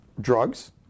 drugs